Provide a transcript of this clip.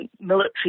military